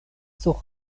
sur